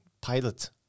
pilot